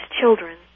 children